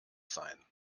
sein